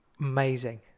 Amazing